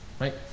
right